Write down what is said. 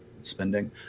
spending